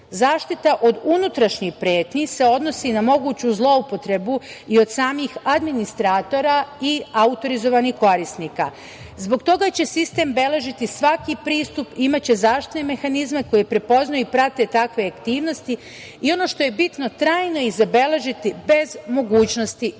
Zaštita od unutrašnjih pretnji se odnosi na moguću zloupotrebu i od samih administratora i autorizovanih korisnika. Zbog toga će sistem beležiti svaki pristup, imaće zaštitne mehanizme koje prepoznaju i prate takve aktivnosti, i ono što je bitno, trajno ih zabeležiti bez mogućnosti